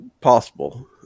possible